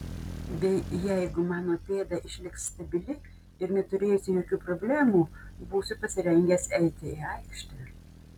bei jeigu mano pėda išliks stabili ir neturėsiu jokių problemų būsiu pasirengęs eiti į aikštę